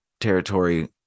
territory